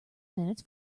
minutes